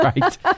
Right